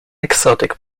exotic